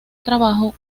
trabajo